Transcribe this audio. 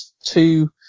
two